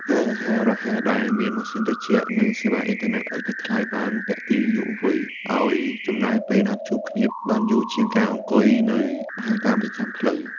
ហាងអាហាររហ័សដែលមានម៉ាស៊ីនត្រជាក់ និងសេវាអ៊ីនធឺណិតឥតគិតថ្លៃ បានទាក់ទាញយុវវ័យឱ្យចំណាយពេលណាត់ជួបគ្នាបានយូរជាងការអង្គុយនៅហាងតាមចិញ្ចើមផ្លូវ។